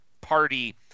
party